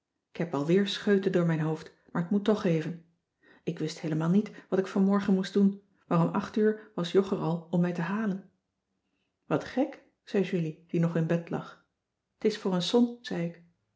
k heb alweer scheuten door mijn hoofd maar t moet toch even ik wist heelemaal niet wat ik vanmorgen moest doen maar om acht uur was jog er al om mij te halen wat gek zei julie die nog in bed lag t is voor een som zei ik